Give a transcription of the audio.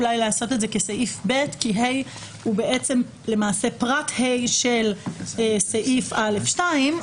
לעשות את זה כסעיף (ב) כי (ה) הוא למעשה פרט (ה) של סעיף א'2.